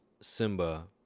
Simba